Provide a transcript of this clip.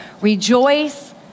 Rejoice